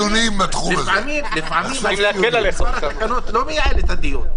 לפעמים מספר התקנות לא מייעל את הדיון.